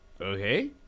Okay